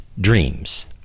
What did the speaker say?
dreams